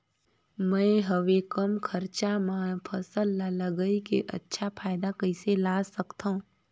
मैं हवे कम खरचा मा फसल ला लगई के अच्छा फायदा कइसे ला सकथव?